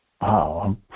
Wow